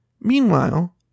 Meanwhile